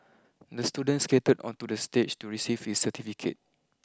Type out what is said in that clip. the student skated onto the stage to receive his certificate